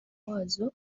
wazo